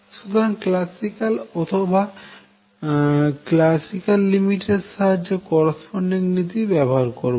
সুতরাং ক্ল্যাসিক্যাল অথবা classical limit এর সাহায্যে করস্পন্ডিং নীতি ব্যবহার করবো